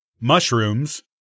mushrooms